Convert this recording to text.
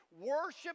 Worship